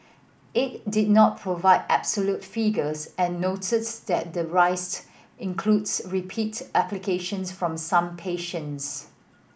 it did not provide absolute figures and noted that the rise includes repeat applications from some patients